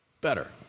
better